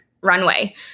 Runway